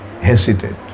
hesitate